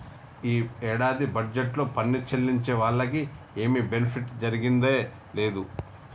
ఈ ఏడాది బడ్జెట్లో పన్ను సెల్లించే వాళ్లకి ఏమి బెనిఫిట్ ఒరిగిందే లేదు